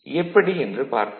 எப்படி என்று பார்ப்போம்